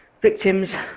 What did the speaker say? Victims